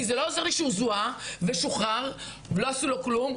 כי זה לא עוזר לי שהוא זוהה ושוחרר ולא עשו לו כלום,